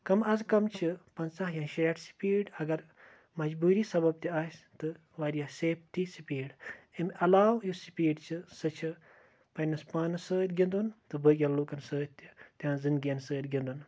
کم از کم چھِ پنٛژاہ یا شیٹھ سٕپیٖڈ اَگر مجبوٗری سَبَب تہِ اَسہِ تہٕ وارِیاہ سیفٹی سٕپیٖڈ اَمہِ علاوٕ یُس سِپیٖڈ چھِ سۄ چھِ پننس پانس سۭتۍ گِنٛدُن تہٕ باقیٮ۪ن لُکن سۭتۍ تہِ تہٕنزن گندگی ین سۭتۍ گِنٛدُن